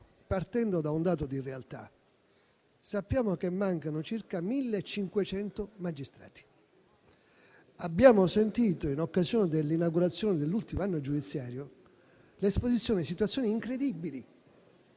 partendo da un dato di realtà. Sappiamo che mancano circa 1.500 magistrati. Abbiamo sentito, in occasione dell'inaugurazione dell'ultimo anno giudiziario, l'esposizione di situazioni incredibili.